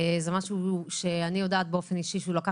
בסוף המתלונן מרגיש שהוא בודד וגם לאט